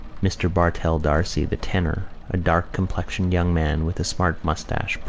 mr. bartell d'arcy, the tenor, a dark-complexioned young man with a smart moustache,